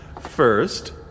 first